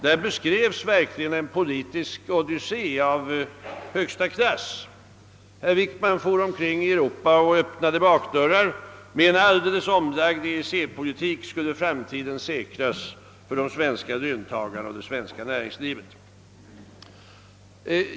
Där beskrevs verkligen en politisk odyssé av högsta klass. Herr Wickman for omkring i Europa och öppnade bakdörrar; med en alldeles omlagd EEC-politik skulle framtiden säkras för de svenska löntagarna och det svenrska näringslivet.